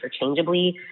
interchangeably